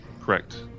Correct